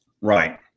Right